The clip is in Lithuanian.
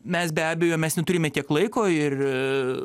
mes be abejo mes neturime tiek laiko ir